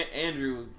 Andrew